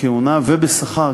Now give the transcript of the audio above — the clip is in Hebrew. בכהונה ובשכר,